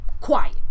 Quiet